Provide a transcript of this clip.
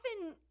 often